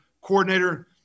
coordinator